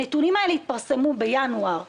הנתונים האלה התפרסמו בינואר 2019,